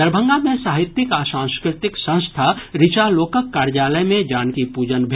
दरभंगा मे साहित्यिक आ सांस्कृतिक संस्था ऋचालोकक कार्यालय मे जानकी पूजन भेल